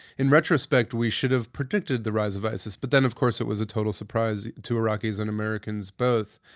in retrospect we should have predicted the rise of isis, but then of course it was a total surprise to iraqis and americans both.